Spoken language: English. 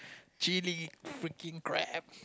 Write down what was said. chilli freaking crab